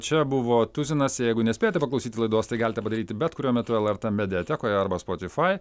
čia buvo tuzinas jeigu nespėjote paklausyti laidos tai galite padaryti bet kuriuo metu lrt mediatekoje arba spotify